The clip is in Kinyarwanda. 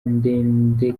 ndende